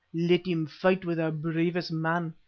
let him fight with our bravest man,